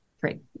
great